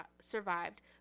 survived